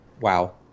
Wow